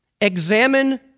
Examine